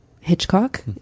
Hitchcock